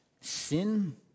sin